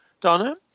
Donna